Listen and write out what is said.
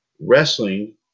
wrestling